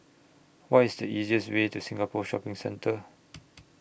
What IS The easiest Way to Singapore Shopping Centre